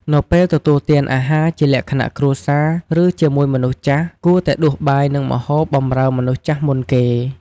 នៅពេលទទួលទានអាហារជាលក្ខណៈគ្រួសារ ឬជាមួយមនុស្សចាស់ គួរតែដួសបាយនិងម្ហូបបម្រើមនុស្សចាស់មុនគេ។